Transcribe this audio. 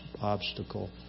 obstacle